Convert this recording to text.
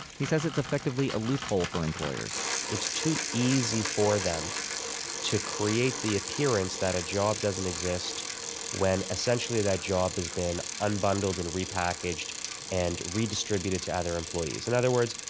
he says it's effectively a loophole for employers it's too easy for them to create the appearance that a job doesn't exist when essentially that job has been unbundled and repackaged and redistributed to other employees. in and other words,